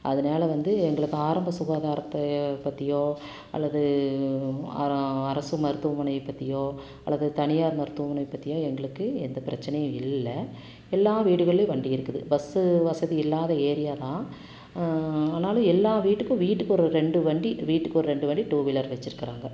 அதனால வந்து எங்களுக்கு ஆரம்ப சுகாதாரத்தை பற்றியோ அல்லது அ அரசு மருத்துவமனையை பற்றியோ அல்லது தனியார் மருத்துவமனையை பற்றியோ எங்களுக்கு எந்த பிரச்சனையும் இல்லை எல்லா வீடுகள்லையும் வண்டி இருக்குது பஸ் வசதி இல்லாத ஏரியா தான் ஆனாலும் எல்லா வீட்டுக்கும் வீட்டுக்கு ஒரு ரெண்டு வண்டி வீட்டுக்கு ஒரு வண்டி டூ வீலர் வச்சிருக்கிறாங்க